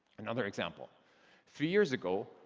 another example three years ago,